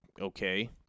okay